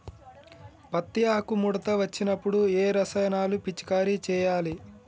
పత్తి ఆకు ముడత వచ్చినప్పుడు ఏ రసాయనాలు పిచికారీ చేయాలి?